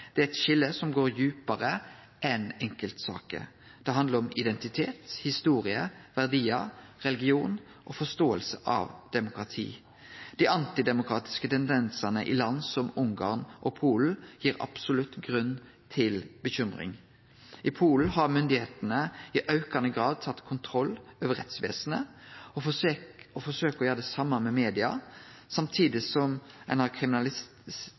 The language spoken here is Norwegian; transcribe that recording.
Det er eit skilje som går djupare enn dei enkelte sakene. Det handlar om identitet, historie, verdiar, religion og forståing av demokratiet. Dei anti-demokratiske tendensane i land som Ungarn og Polen gir absolutt grunn til bekymring. I Polen har myndigheitene i aukande grad tatt kontroll over rettsvesenet og forsøkjer å gjere det same med media, samtidig som ein har